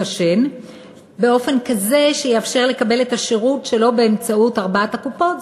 השן באופן כזה שיאפשר לקבל את השירות שלא באמצעות ארבע הקופות,